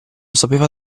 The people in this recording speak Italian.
sapeva